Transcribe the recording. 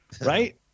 right